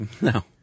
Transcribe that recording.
No